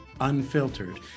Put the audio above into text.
unfiltered